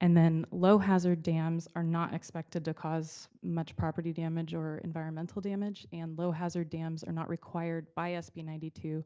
and then low-hazard dams are not expected to cause much property damage or environmental damage, and low-hazard dams are not required by sb ninety two